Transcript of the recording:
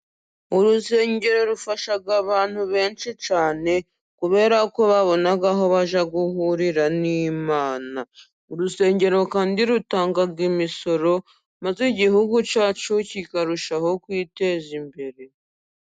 Urusengero rufasha abantu benshi cyane, kubera ko babona aho bajya guhurira n'Imana. Urusengero kandi rutanga imisoro, maze igihugu cyacu kikarushaho kwiteza imbere.